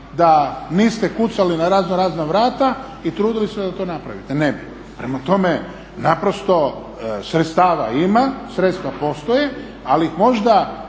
da niste kucali na razno razna vrata i trudili se da to napravite? Ne bi. Prema tome, naprosto sredstava ima, sredstva postoje, ali ih možda